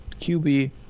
QB